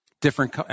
different